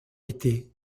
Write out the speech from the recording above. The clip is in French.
été